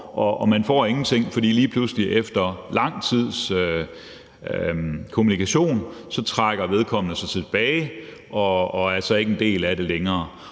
men de får ingenting, for lige pludselig efter lang tids kommunikation trækker vedkommende sig tilbage og er ikke en del af det længere.